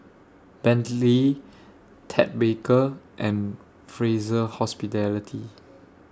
Bentley Ted Baker and Fraser Hospitality